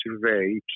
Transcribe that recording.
survey